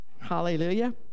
Hallelujah